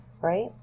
right